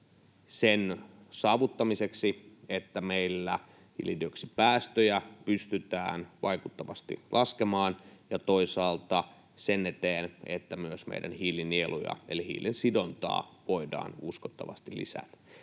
sen saavuttamiseksi, että meillä hiilidioksidipäästöjä pystytään vaikuttavasti laskemaan ja toisaalta sen eteen, että myös meidän hiilinieluja, eli hiilensidontaa, voidaan uskottavasti lisätä.